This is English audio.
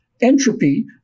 Entropy